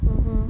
mmhmm